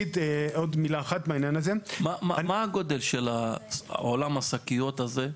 מה הגודל של עולם השקיות הזה?